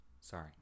Sorry